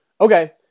Okay